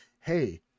hey